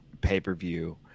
pay-per-view